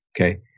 Okay